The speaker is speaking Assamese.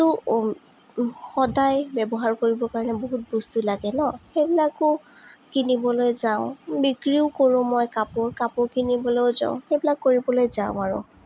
টো সদায় ব্যৱহাৰ কৰিবৰ কাৰণে বহুত বস্তু লাগে ন সেইবিলাকো কিনিবলৈ যাওঁ বিক্ৰীও কৰোঁ মই কাপোৰ কাপোৰ কিনিবলৈও যাওঁ সেইবিলাক কৰিবলৈ যাওঁ আৰু